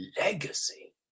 legacy